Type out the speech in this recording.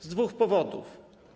Z dwóch powodów.